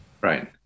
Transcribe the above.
right